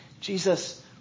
Jesus